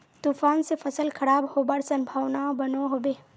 तूफान से फसल खराब होबार संभावना बनो होबे?